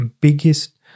biggest